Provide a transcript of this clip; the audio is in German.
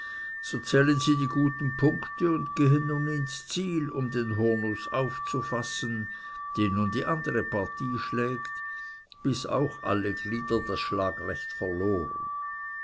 zählen sie die guten punkte und gehen nun ins ziel um den hurnuß aufzufassen den nun die andere partie schlägt bis auch alle glieder das schlagrecht verloren